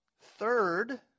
Third